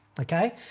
okay